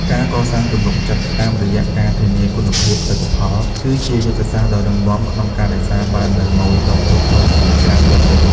ការកសាងទំនុកចិត្តតាមរយៈការធានាគុណភាពផលិតផល គឺជាយុទ្ធសាស្ត្រដ៏រឹងមាំក្នុងការរក្សាបាននូវម៉ូយដុំធំៗពីក្រៅប្រទេស។